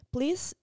Please